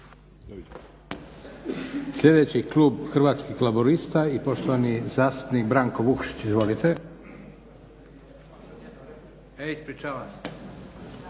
Sljedeći klub Hrvatskih laburista i poštovani zastupnik Branko Vukšić. Izvolite. Ispričavam